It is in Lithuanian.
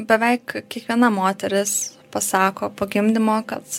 beveik kiekviena moteris pasako po gimdymo kad